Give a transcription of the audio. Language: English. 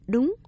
Đúng